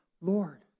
Lord